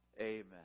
Amen